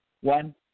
One